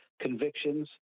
convictions